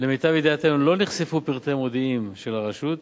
למיטב ידיעתנו לא נחשפו פרטי מודיעים של הרשות.